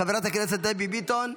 חברת הכנסת דבי ביטון,